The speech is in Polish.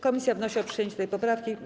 Komisja wnosi o przyjęcie tej poprawki.